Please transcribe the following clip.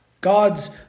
God's